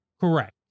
Correct